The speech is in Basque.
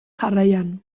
jarraian